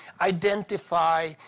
identify